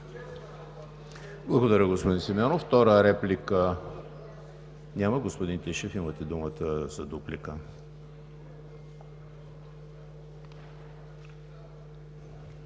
Благодаря, господин Симеонов. Втора реплика няма. Господин Тишев, имате думата за дуплика.